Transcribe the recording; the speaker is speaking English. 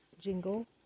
jingle